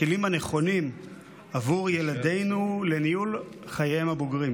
הכלים הנכונים עבור ילדינו לניהול חייהם הבוגרים: